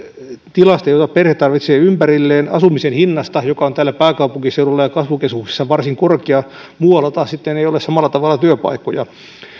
tilasta jota perhe tarvitsee ympärilleen asumisen hinnasta joka on täällä pääkaupunkiseudulla ja kasvukeskuksissa varsin korkea muualla taas ei ole samalla tavalla työpaikkoja